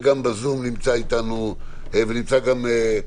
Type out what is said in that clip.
ובזום נמצא גם ראש עיריית מטולה וראש מועצת חבל אילות.